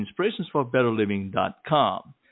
inspirationsforbetterliving.com